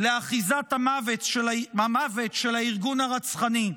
לאחיזת המוות של הארגון הרצחני.